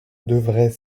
devrait